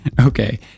Okay